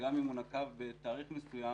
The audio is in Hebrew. שגם אם הוא נקב בתאריך מסוים,